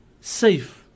safe